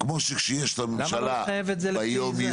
כמו שכשיש לממשלה ביום-יום --- למה לא לחייב את זה לפי זה?